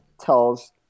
tells